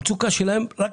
והמצוקה שלהם רק